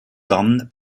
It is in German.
dann